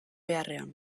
beharrean